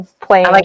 playing